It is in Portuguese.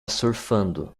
surfando